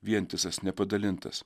vientisas nepadalintas